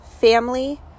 family